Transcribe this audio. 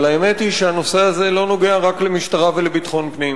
אבל האמת היא שהנושא הזה לא נוגע רק למשטרה ולביטחון פנים,